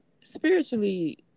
Spiritually